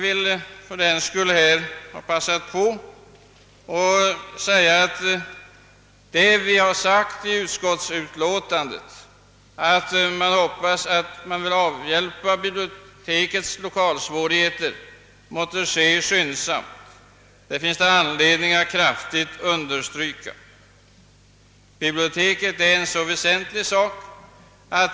I utskottsutlåtandet säges att »utskottet anser sig kunna utgå från att de åtgärder, som kan komma i fråga för att avhjälpa bibliotekets lokalsvårigheter, vidtas med den skyndsamhet som situationen kräver», Det finns anledning att kraftigt understryka att åtgärder måste vidtagas skyndsamt.